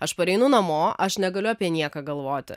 aš pareinu namo aš negaliu apie nieką galvoti